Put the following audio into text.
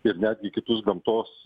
ir netgi kitus gamtos